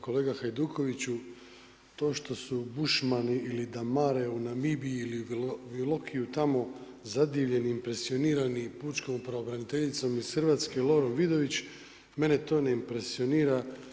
Kolega Hajdukoviću, to što su Bušmani ili Damare u Namibiji ili Viloki u tamo zadivljenim impresionirani pučkom pravobraniteljicom iz Hrvatske Lorom Vidović mene to ne impresionira.